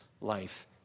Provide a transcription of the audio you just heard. life